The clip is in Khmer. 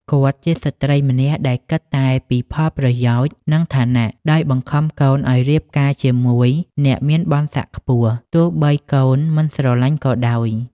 គាត់ជាស្រ្តីម្នាក់ដែលគិតតែពីផលប្រយោជន៍ និងឋានៈ ដោយបង្ខំកូនឲ្យរៀបការជាមួយអ្នកមានបុណ្យស័ក្តិខ្ពស់ ទោះបីកូនមិនស្រឡាញ់ក៏ដោយ។